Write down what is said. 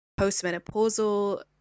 postmenopausal